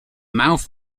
mouth